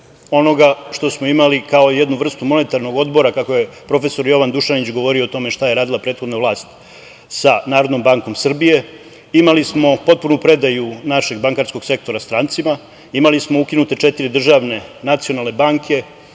onoga što smo imali kao jednu vrstu monetarnog odbora, kako je profesor Jovan Dušanić govorio o tome šta je radila prethodna vlast sa NBS.Imali smo potpunu predaju našeg bankarskog sektora strancima, imali smo ukinute četiri državne nacionalne banke.